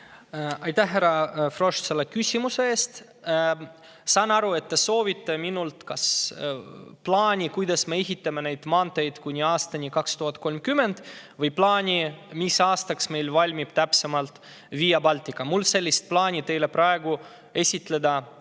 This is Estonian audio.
Aitäh, härra Frosch, selle küsimuse eest! Saan aru, et te soovite minult kas plaani, kuidas me ehitame neid maanteid kuni aastani 2030, või plaani, mis aastaks täpselt meil valmib Via Baltica. Mul sellist plaani teile praegu esitleda